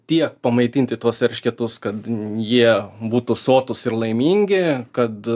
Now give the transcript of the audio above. tiek pamaitinti tuos eršketus kad jie būtų sotūs ir laimingi kad